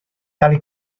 tali